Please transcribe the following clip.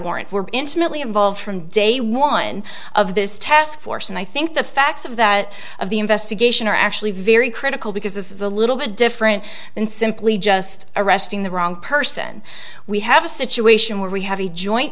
warrant were intimately involved from day one of this task force and i think the facts of that of the investigation are actually very critical because this is a little bit different than simply just arresting the wrong person we have a situation where we have a joint